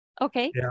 Okay